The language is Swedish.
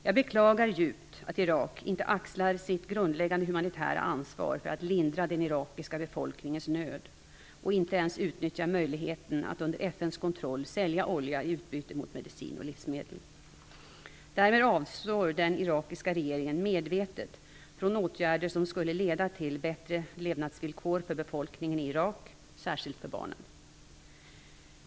Jag beklagar djupt att Irak inte axlar sitt grundläggande humanitära ansvar för att lindra den irakiska befolkningens nöd och inte ens utnyttjar möjligheten att under FN:s kontroll sälja olja i utbyte mot medicin och livsmedel. Därmed avstår den irakiska regeringen medvetet från åtgärder som skulle leda till bättre levnadsvillkor för befolkningen i Irak, särskilt för barnen.